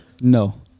No